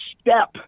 step